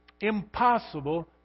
impossible